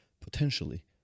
potentially